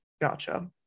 Gotcha